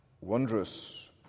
wondrous